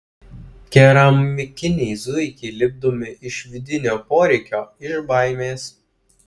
keramikiniai zuikiai lipdomi iš vidinio poreikio iš baimės